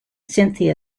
cynthia